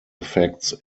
effects